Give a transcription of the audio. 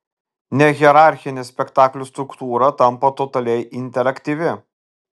nehierarchinė spektaklio struktūra tampa totaliai interaktyvi